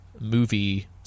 movie –